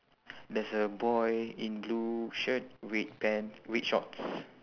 there's a boy in blue shirt red pant red shorts